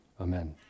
amen